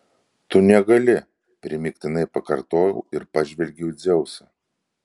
tu negali primygtinai pakartojau ir pažvelgiau į dzeusą